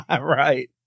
Right